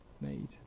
made